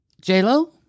J-Lo